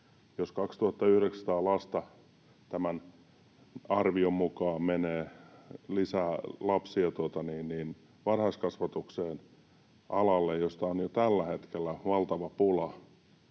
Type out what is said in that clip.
jos tämän arvion mukaan 2 900 lasta menee lisää varhaiskasvatukseen, alalle, jossa on jo tällä hetkellä valtava pula